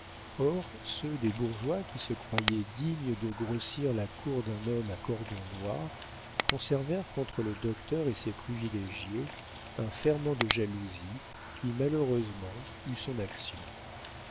or ceux des bourgeois qui se croyaient dignes de grossir la cour d'un homme à cordon noir conservèrent contre le docteur et ses privilégiés un ferment de jalousie qui malheureusement eut son action